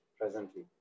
presently